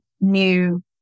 new